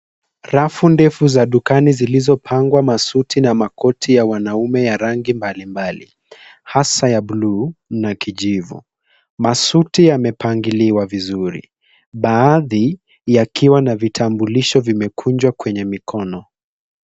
Rafu ndefu za dukani zilizopangwa masuti na makoti ya wanaume ya rangi mbalimbali hasa ya buluu na kijivu. Masuti yamepangiliwa vizuri. Baadhi yakiwa na vitambulisho vimekunjwa kwenye mikono.